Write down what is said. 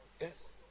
Yes